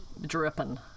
dripping